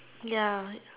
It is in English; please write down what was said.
ya